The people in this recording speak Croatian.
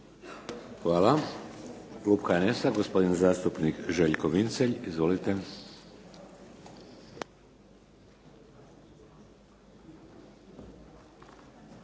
Hvala. Klub HNS-a gospodin zastupnik Željko Vincelj. Izvolite.